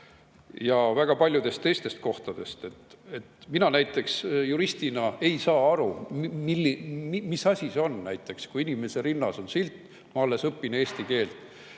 ja väga paljudest teistest kohtadest. Mina näiteks juristina ei saa aru, mis asi see on näiteks, kui inimese rinnas on silt "Ma alles õpin eesti keelt".